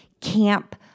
Camp